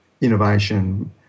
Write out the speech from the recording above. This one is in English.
innovation